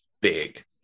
big